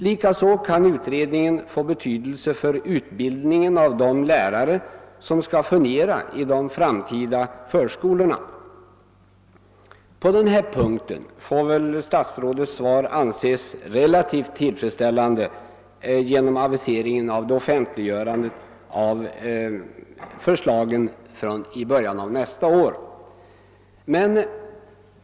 Likaså kan utredningen få betydelse för utbildningen av de lärare som skall fungera i de framtida förskolorna. På den punkten får väl statsrådets svar anses relativt tillfredsställande genom aviseringen av offentliggörandet av förslagen i början av nästa år.